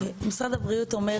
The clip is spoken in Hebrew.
משרד הבריאות אומר